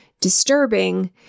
disturbing